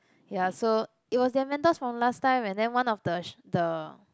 ya so it was their mentors from last time and then one of the the